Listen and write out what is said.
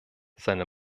seine